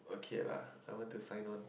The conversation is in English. okay lah I want to sign on